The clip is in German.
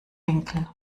winkel